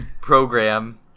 program